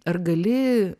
ar gali